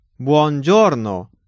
Buongiorno